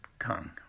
tongue